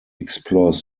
explores